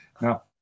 Now